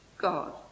God